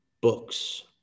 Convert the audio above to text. books